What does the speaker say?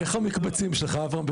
הבנקאות.